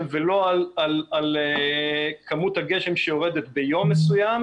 ולא על כמות הגשם שיורדת ביום מסוים,